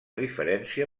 diferència